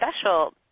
special